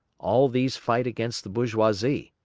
all these fight against the bourgeoisie,